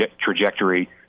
trajectory